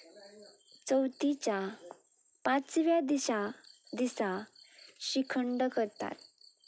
चवथीच्या पांचव्या दिसा दिसा शिखंड करतात